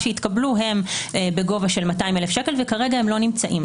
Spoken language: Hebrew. שהתקבלו הם בגובה 200,000 שקל וכרגע הם לא נמצאים,